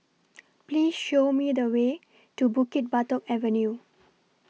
Please Show Me The Way to Bukit Batok Avenue